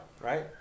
right